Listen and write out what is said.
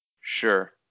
Sure